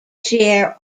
share